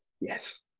Yes